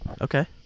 okay